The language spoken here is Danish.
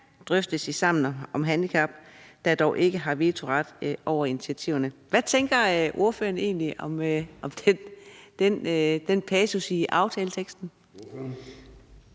drøftes i Sammen om Handicap, der dog ikke har vetoret over initiativerne.« Hvad tænker ordføreren egentlig om den passus i aftaleteksten?